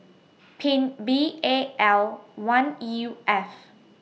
Pin B A L one U F